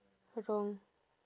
wrong